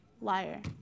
liar